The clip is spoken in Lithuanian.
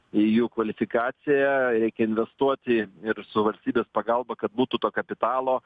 į jų kvalifikaciją reikia investuoti ir su valstybės pagalba kad būtų to kapitalo